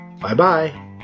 Bye-bye